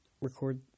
Record